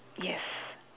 yes